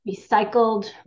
recycled